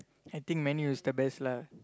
I think man u is the best lah